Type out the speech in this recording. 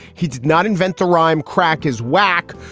he did not invent the rhyme. crack is whack,